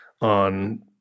on